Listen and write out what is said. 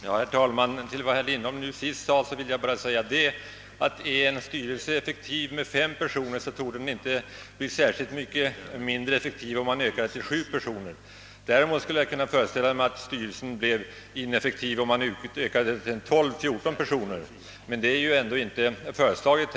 Herr talman! Med anledning av vad herr Lindholm senast yttrade vill jag bara framhålla, att är en styrelse effektiv med fem personer, så torde den inte bli särskilt mycket mindre effektiv om man ökar antalet ledamöter till sju. Däremot skulle jag kunna föreställa mig att styrelsen bleve ineffektiv om den utökades till 12 eller 14 personer, men det är ju ändå inte föreslaget.